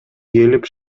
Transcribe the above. келип